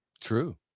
True